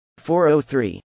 403